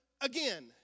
again